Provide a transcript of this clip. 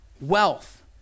wealth